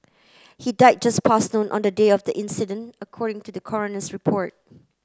he died just past noon on the day of the incident according to the coroner's report